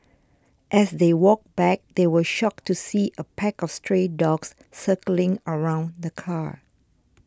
as they walked back they were shocked to see a pack of stray dogs circling around the car